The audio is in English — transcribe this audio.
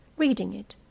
reading it.